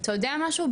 אתה יודע משהו?